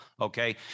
okay